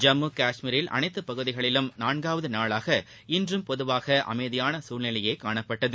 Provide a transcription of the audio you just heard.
ஜம்மு கஷ்மீரில் அனைத்து பகுதிகளிலும் நான்காவது நாளாக இன்றும் பொதுவாக அமைதியான சூழ்நிலையே காணப்பட்டது